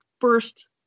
first